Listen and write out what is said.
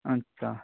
আচ্ছা